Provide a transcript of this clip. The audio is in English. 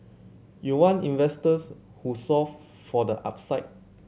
you want investors who solve for the upside